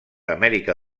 amèrica